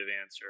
answer